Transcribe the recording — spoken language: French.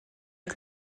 que